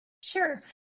Sure